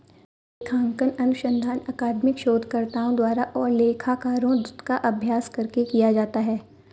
लेखांकन अनुसंधान अकादमिक शोधकर्ताओं द्वारा और लेखाकारों का अभ्यास करके किया जाता है